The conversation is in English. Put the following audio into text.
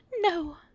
No